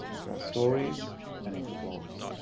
to our stories and into blogs.